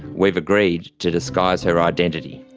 we've agreed to disguise her identity.